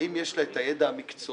האם יש לה את הידע המקצועי